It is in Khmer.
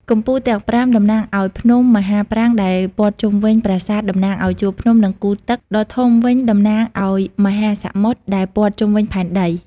កំពូលទាំងប្រាំតំណាងឱ្យភ្នំ មហាប្រាង្គដែលព័ទ្ធជុំវិញប្រាសាទតំណាងឱ្យជួរភ្នំ និងគូទឹកដ៏ធំវិញតំណាងឱ្យមហាសមុទ្រ ដែលព័ទ្ធជុំវិញផែនដី។